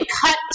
cut